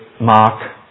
Mark